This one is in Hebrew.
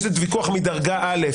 יש ויכוח מדרגה א',